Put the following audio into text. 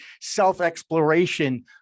self-exploration